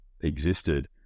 existed